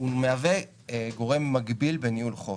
הוא מהווה גורם מגביל בניהול חוב.